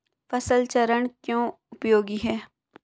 फसल चरण क्यों उपयोगी है?